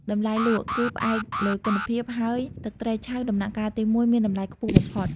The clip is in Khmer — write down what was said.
តម្លៃលក់ គឺផ្អែកលើគុណភាព ហើយទឹកត្រីឆៅដំណាក់កាលទីមួយមានតម្លៃខ្ពស់បំផុត។